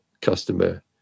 customer